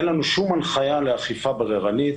שאין לנו שום הנחיה לאכיפה בררנית.